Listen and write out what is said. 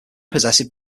possessive